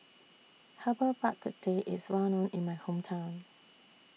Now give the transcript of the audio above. Herbal Bak Ku Teh IS Well known in My Hometown